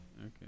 Okay